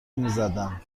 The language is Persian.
میزدن